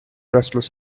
restless